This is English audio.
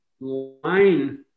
line